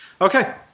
Okay